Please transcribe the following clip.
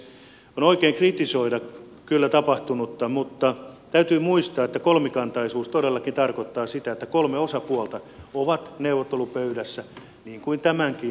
on oikein kritisoida kyllä tapahtunutta mutta täytyy muistaa että kolmikantaisuus todellakin tarkoittaa sitä että kolme osapuolta on neuvottelupöydässä niin kuin tämänkin kokonaisratkaisun yhteydessä oli